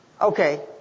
okay